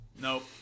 nope